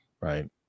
right